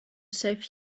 save